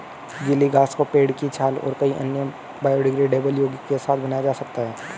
गीली घास को पेड़ की छाल और कई अन्य बायोडिग्रेडेबल यौगिक के साथ बनाया जा सकता है